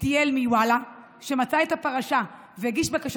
איתיאל מוואלה מצא את הפרשה והגיש בקשה